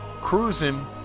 cruising